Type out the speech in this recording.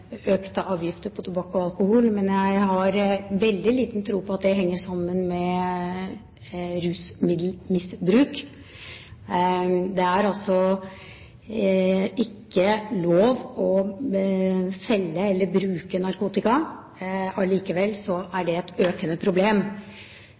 økte avgifter på tobakk og alkohol, men jeg har veldig liten tro på at det henger sammen med rusmiddelmisbruk. Det er ikke lov å selge eller bruke narkotika. Allikevel er